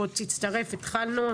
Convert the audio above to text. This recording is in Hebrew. בוא תצטרף אלינו,